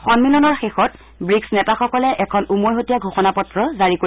সন্মিলনৰ শেষত ৱিক্চ নেতাসকলে এখন উমৈহতীয়া ঘোষণাপত্ৰ জাৰি কৰিব